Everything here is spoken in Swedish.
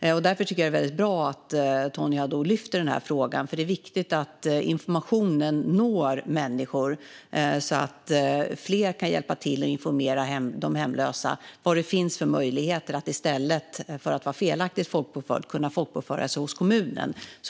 Därför tycker jag att det är väldigt bra att Tony Haddou lyfter frågan. Det är viktigt att fler kan hjälpa till att informera de hemlösa om vad det finns för möjligheter att i stället för att vara felaktigt folkbokförd kunna folkbokföra sig hos kommunen.